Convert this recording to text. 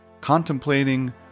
contemplating